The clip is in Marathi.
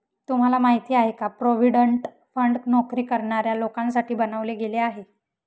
तुम्हाला माहिती आहे का? प्रॉव्हिडंट फंड नोकरी करणाऱ्या लोकांसाठी बनवले गेले आहे